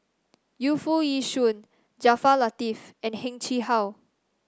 Yu Foo Yee Shoon Jaafar Latiff and Heng Chee How